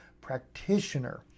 practitioner